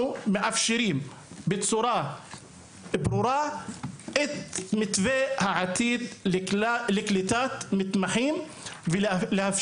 מאפשרים בצורה ברורה מתווה עתידי לקליטת מתמחים ואיך